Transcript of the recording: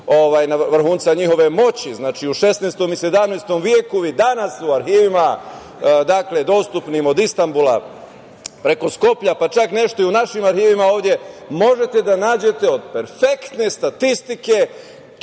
vrhunca njihove moći, znači u 16. i 17. veku i danas u arhivima dostupnim od Istanbula preko Skoplja, pa čak i nešto u našim arhivima ovde, možete da nađete od perfektne statistike